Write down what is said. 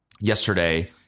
yesterday